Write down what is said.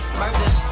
murder